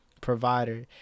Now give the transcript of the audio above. provider